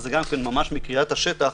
וגם זה ממש מקריאת השטח,